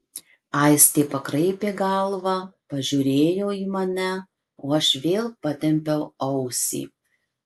aistė pakraipė galvą pažiūrėjo į mane o aš vėl patempiau ausį